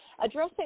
Addressing